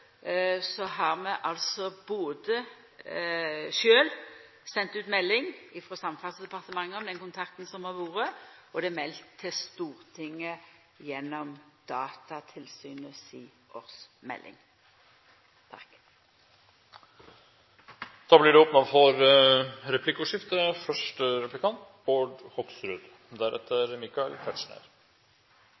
har vi sjølve sendt ut melding, frå Samferdselsdepartementet, om den kontakten som har vore, og det er meldt til Stortinget gjennom Datatilsynet si årsmelding. Det blir replikkordskifte. Jeg har lyst til å utfordre ministeren litt videre, for